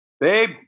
Babe